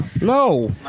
No